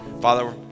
Father